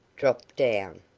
dropped down.